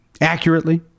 accurately